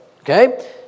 okay